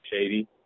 shady